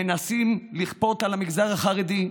מנסים לכפות על המגזר החרדי,